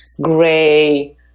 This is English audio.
gray